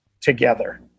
together